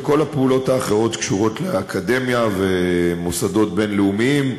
וכל הפעולות האחרות שקשורות לאקדמיה ולמוסדות בין-לאומיים,